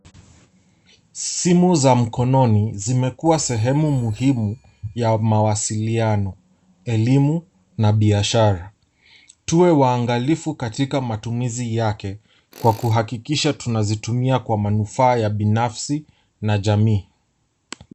Simu za mkononi zimekuwa sehemu muhimu ,ya mawasiliano elimu, na biashara. Tuwe waangalifu katika matumizi yake, kwa kuhakikisha tunazitumia kwa manufaa ya binafsi na jamii.